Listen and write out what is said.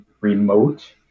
remote